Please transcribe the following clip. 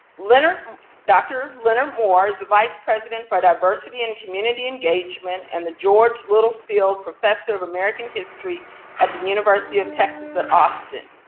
dr. leonard moore is the vice president for diversity and community engagement and the george littlefield professor of american history at the university of texas at austin.